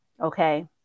Okay